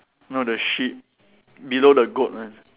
no the sheep below the goat one